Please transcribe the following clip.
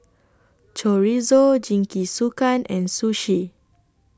Chorizo Jingisukan and Sushi